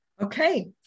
Okay